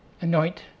Anoint